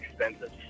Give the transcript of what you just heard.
expensive